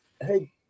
Hey